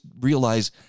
realize